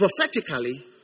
prophetically